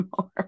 more